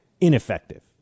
ineffective